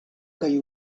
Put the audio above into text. kaj